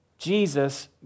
Jesus